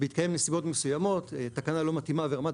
בהתקיים נסיבות מסוימות תקנה לא מתאימה ורמת